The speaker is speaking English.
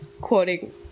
quoting